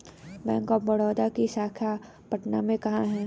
Bank of Baroda की शाखा पटना में कहाँ है?